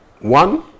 One